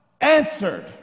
answered